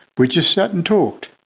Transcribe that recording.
we just sat and talked,